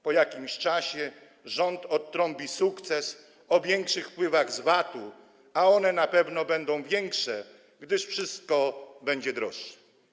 Po jakimś czasie rząd odtrąbi sukces, ogłosi większe wpływy z VAT, a one na pewno będą większe, gdyż wszystko będzie droższe.